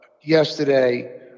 yesterday